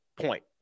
point